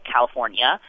California